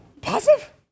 Positive